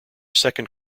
second